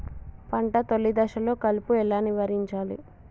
పంట తొలి దశలో కలుపు ఎలా నివారించాలి?